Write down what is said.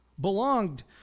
Belonged